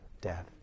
death